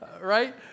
right